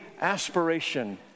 aspiration